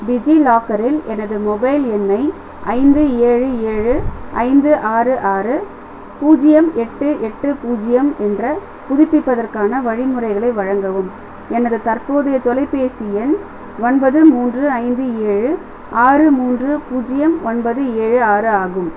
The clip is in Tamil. டிஜிலாக்கரில் எனது மொபைல் எண்ணை ஐந்து ஏழு ஏழு ஐந்து ஆறு ஆறு பூஜ்ஜியம் எட்டு எட்டு பூஜ்ஜியம் என்ற புதுப்பிப்பதற்கான வழிமுறைகளை வழங்கவும் எனது தற்போதைய தொலைபேசி எண் ஒன்பது மூன்று ஐந்து ஏழு ஆறு மூன்று பூஜ்ஜியம் ஒன்பது ஏழு ஆறு ஆகும்